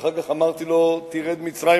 ואחר כך אמרתי לו, תרד מצרימה,